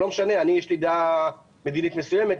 לי יש דעה מדינית מסוימת,